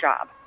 job